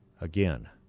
again